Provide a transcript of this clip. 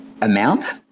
amount